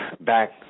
Back